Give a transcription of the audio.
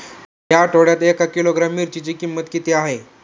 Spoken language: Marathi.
या आठवड्यात एक किलोग्रॅम मिरचीची किंमत किती आहे?